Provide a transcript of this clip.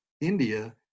India